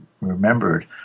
remembered